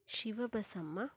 Shivabasamma